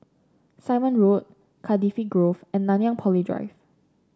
Simon Road Cardifi Grove and Nanyang Poly Drive